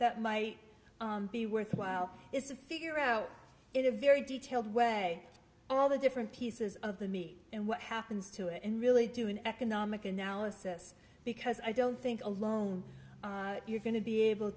that might be worthwhile is to figure out in a very detailed way all the different pieces of the meat and what happens to it and really do an economic analysis because i don't think alone you're going to be able